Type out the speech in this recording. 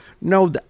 no